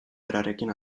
berarekin